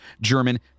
German